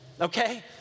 Okay